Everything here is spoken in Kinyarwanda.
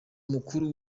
mukuru